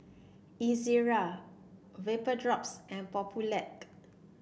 Ezerra Vapodrops and Papulex